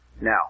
now